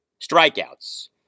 strikeouts